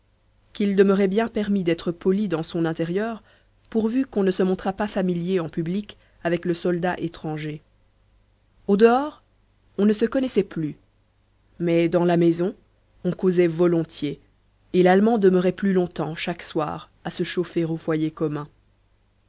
qu'il demeurait bien permis d'être poli dans son intérieur pourvu qu'on ne se montrât pas familier en public avec le soldat étranger au dehors on ne se connaissait plus mais dans la maison on causait volontiers et l'allemand demeurait plus longtemps chaque soir à se chauffer au foyer commun